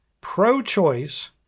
pro-choice-